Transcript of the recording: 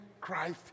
Christ